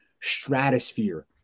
stratosphere